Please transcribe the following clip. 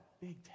big